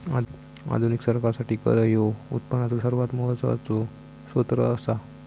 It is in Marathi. आधुनिक सरकारासाठी कर ह्यो उत्पनाचो सर्वात महत्वाचो सोत्र असा